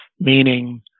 meaning